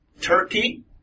Turkey